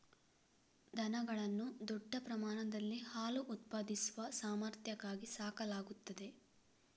ದನಗಳನ್ನು ದೊಡ್ಡ ಪ್ರಮಾಣದಲ್ಲಿ ಹಾಲು ಉತ್ಪಾದಿಸುವ ಸಾಮರ್ಥ್ಯಕ್ಕಾಗಿ ಸಾಕಲಾಗುತ್ತದೆ